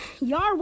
Yar